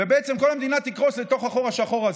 ובעצם כל המדינה תקרוס לתוך החור השחור הזה.